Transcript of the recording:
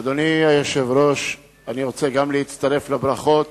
אדוני היושב-ראש, אני רוצה להצטרף לברכות